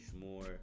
more